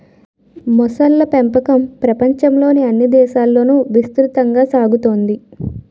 మొసళ్ళ పెంపకం ప్రపంచంలోని అన్ని దేశాలలోనూ విస్తృతంగా సాగుతోంది